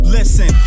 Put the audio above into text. Listen